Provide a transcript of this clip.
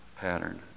pattern